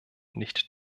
nicht